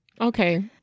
okay